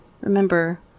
Remember